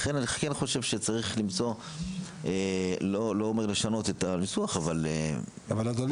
לכן צריך לא לשנות את הניסוח אבל למצוא -- אדוני,